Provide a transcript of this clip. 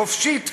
חופשית,